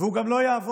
והוא גם לא יעבוד.